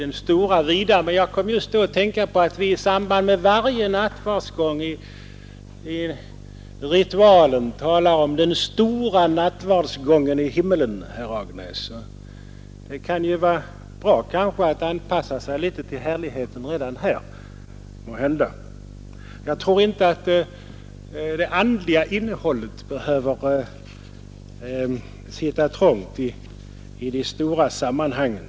Jag kom just då, när jag lyssnade till herr Nilsson, att tänka på att vi i samband med varje nattvardsgång i ritualen talar om ”den stora nattvarden i himmelen”. Det kan kanske vara bra att anpassa sig litet till härligheten redan här. Jag tror inte att det andliga innehållet behöver sitta trångt i de stora sammanhangen.